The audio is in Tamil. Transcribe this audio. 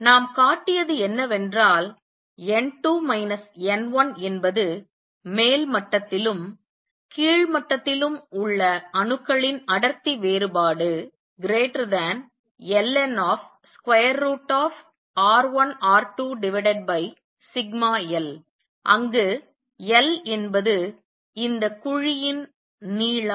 நாம் காட்டியது என்னவென்றால் n2 n1 என்பது மேல் மட்டத்திலும் கீழ் மட்டத்திலும் உள்ள அணுக்களின் அடர்த்தி வேறுபாடு ln√σL அங்கு L என்பது இந்த குழியின் நீளம்